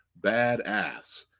badass